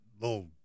little